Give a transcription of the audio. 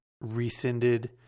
rescinded